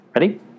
Ready